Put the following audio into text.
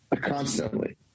constantly